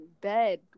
bed